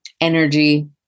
energy